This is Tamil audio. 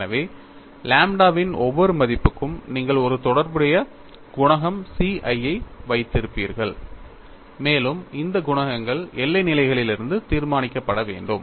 எனவே லாம்ப்டாவின் ஒவ்வொரு மதிப்புக்கும் நீங்கள் ஒரு தொடர்புடைய குணகம் C i ஐ வைத்திருப்பீர்கள் மேலும் இந்த குணகங்கள் எல்லை நிலைகளிலிருந்து தீர்மானிக்கப்பட வேண்டும்